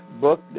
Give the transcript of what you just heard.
book